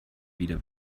wieder